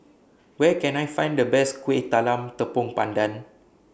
Where Can I Find The Best Kueh Talam Tepong Pandan